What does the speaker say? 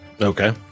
okay